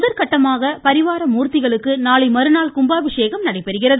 முதற்கட்டமாக பரிவார மூர்த்திகளுக்கு நாளை மறுநாள் கும்பாபிஷேகம் நடைபெறுகிறது